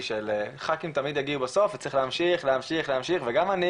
שח"כים תמיד יגיעו בסוף וצריך להמשיך וגם אני